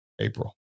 April